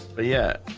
yeah,